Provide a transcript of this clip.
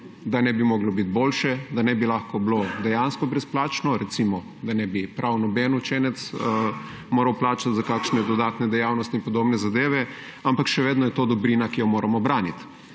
da ne bi moglo biti boljše, da ne bi moglo biti dejansko brezplačno, da recimo prav nobenemu učencu ne bi bilo treba plačati za kakšne dodatne dejavnosti in podobne zadeve, ampak še vedno je to dobrina, ki jo moramo braniti.